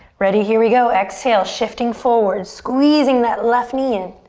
ready? here we go. exhale, shifting forward, squeezing that left knee in.